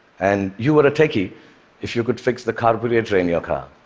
and you were a techie if you could fix the carburetor in your car.